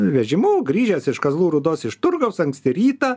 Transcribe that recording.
vežimu grįžęs iš kazlų rūdos iš turgaus anksti rytą